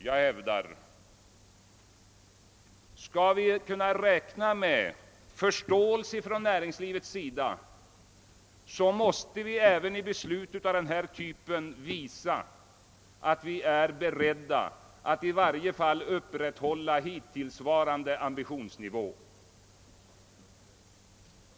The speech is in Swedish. Jag hävdar att vi, om vi skall kunna räkna med förståelse inom näringslivet, även när det gäller beslut av denna typ måste visa att vi är beredda att i varje fall upprätthålla hittillsvarande ambitionsnivå.